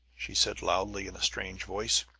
she said loudly in a strange voice.